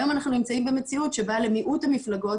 היום אנחנו נמצאים במציאות שבה למיעוט המפלגות